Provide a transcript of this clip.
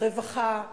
ברווחה,